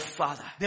father